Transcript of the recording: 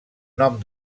nom